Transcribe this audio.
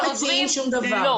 הם לא מציעים שום דבר.